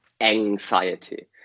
anxiety